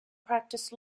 practiced